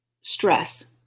stress